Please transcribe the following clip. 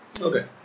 Okay